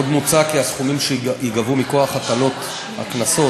עוד מוצע כי הסכומים שייגבו מכוח הטלות הקנסות